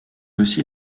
aussi